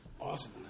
awesome